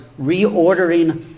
reordering